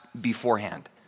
beforehand